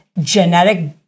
genetic